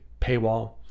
paywall